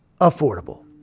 affordable